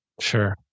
Sure